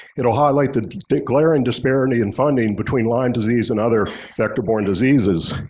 it'll highlight the glaring disparity and funding between lyme disease and other vector-borne diseases.